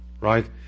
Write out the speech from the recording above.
right